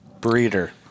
Breeder